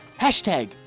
Hashtag